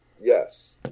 yes